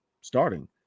starting